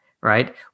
right